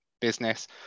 business